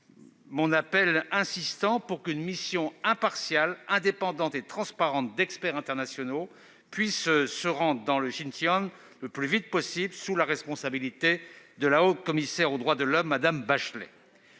mon appel insistant pour qu'une mission impartiale, indépendante et transparente d'experts internationaux puisse se rendre dans le Xinjiang le plus vite possible, sous la responsabilité de la haute-commissaire aux droits de l'homme, Mme Bachelet.